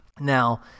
Now